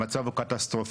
המצב הוא קטסטרופלי,